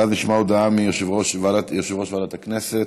ואז נשמע הודעה מיושב-ראש ועדת הכנסת.